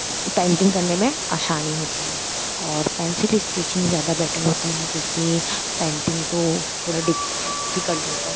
painting करने में आसानी होती है और पेन्सिल स्केचिंग ज़्यादा बेटर होता है क्योंकि पेन्टिंग तो थोड़ा डिफ़िकल्ट होता है